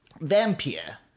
Vampire